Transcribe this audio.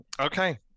Okay